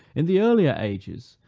in the earlier ages,